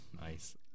Nice